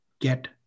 get